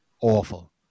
awful